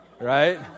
Right